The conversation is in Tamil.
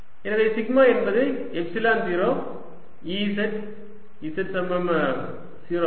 எனவே சிக்மா என்பது எப்சிலன் 0 Ez z சமம் 0 இல்